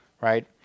Right